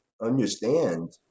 understand